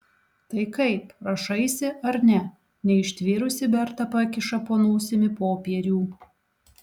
tai kaip rašaisi ar ne neištvėrusi berta pakiša po nosimi popierių